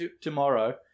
Tomorrow